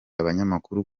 abanyamakuru